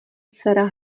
dcera